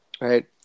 right